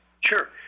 Sure